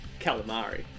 calamari